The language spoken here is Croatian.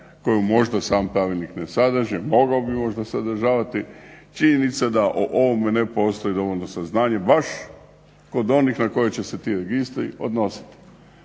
koju možda sam Pravilnik ne sadrži, a mogao bi možda sadržavati. Činjenica da o ovome ne postoji dovoljno saznanja, baš kod onih na koje će se ti registri odnositi.